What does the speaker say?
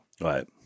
Right